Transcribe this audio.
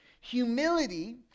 Humility